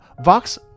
Vox